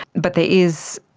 but there is,